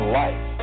life